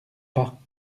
pas